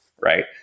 right